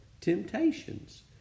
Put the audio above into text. temptations